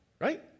right